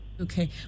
Okay